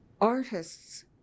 artists